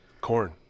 Corn